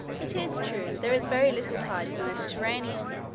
it is true, there is very little tide in the mediterranean,